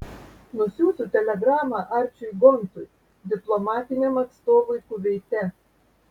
nusiųsiu telegramą arčiui gontui diplomatiniam atstovui kuveite